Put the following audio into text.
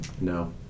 No